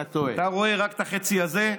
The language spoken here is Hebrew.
אתה רואה רק את החצי הזה,